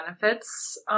benefits